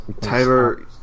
Tyler